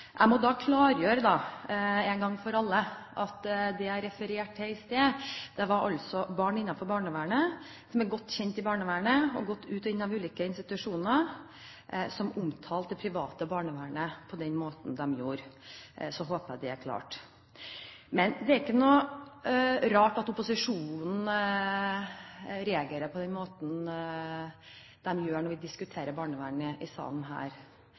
Jeg må da klargjøre en gang for alle at det jeg refererte til i sted, var barn innenfor barnevernet, som var godt kjent i barnevernet, som har gått ut og inn av ulike institusjoner, som omtalte det private barnevernet på den måten som de gjorde. Så håper jeg det er klart. Det er ikke noe rart at opposisjonen reagerer på den måten den gjør når vi diskuterer barnevernet i salen her.